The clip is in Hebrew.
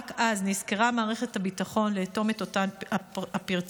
רק אז נזכרה מערכת הביטחון לאטום את אותן פרצות.